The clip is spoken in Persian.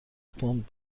پوند